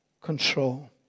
control